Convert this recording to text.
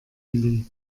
willi